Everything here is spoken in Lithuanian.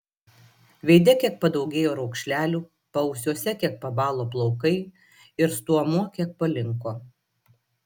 veide kiek padaugėjo raukšlelių paausiuose kiek pabalo plaukai ir stuomuo kiek palinko